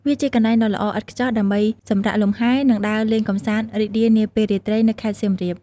វាជាកន្លែងដ៏ល្អឥតខ្ចោះដើម្បីសម្រាកលំហែ និងដើរលេងកម្សាន្តរីករាយនាពេលរាត្រីនៅខេត្តសៀមរាប។